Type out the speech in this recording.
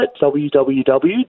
www